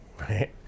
right